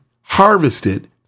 harvested